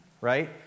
Right